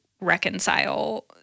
reconcile